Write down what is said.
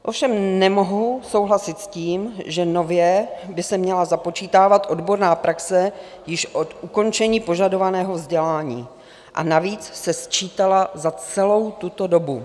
Ovšem nemohu souhlasit s tím, že nově by se měla započítávat odborná praxe již od ukončení požadovaného vzdělání, a navíc se sčítala za celou tuto dobu.